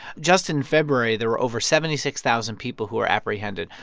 just in february, there were over seventy six thousand people who were apprehended.